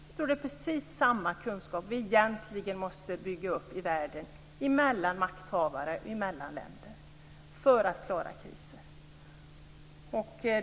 Det är egentligen precis samma kunskap som vi måste bygga upp i världen, mellan makthavare och mellan länder, för att klara kriser.